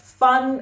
fun